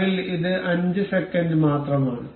നിലവിൽ ഇത് 5 സെക്കൻഡ് മാത്രമാണ്